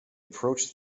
approached